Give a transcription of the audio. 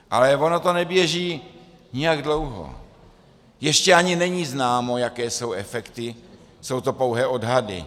Ale ono to neběží nijak dlouho, ještě ani není známo, jaké jsou efekty, jsou to pouhé odhady.